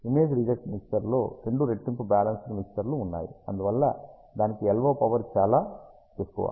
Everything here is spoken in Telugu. ఇమేజ్ రిజెక్ట్ మిక్సర్లో రెండు రెట్టింపు బ్యాలెన్స్డ్ మిక్సర్లు ఉన్నాయి అందువల్ల దానికి LO పవర్ చాలా ఎక్కువ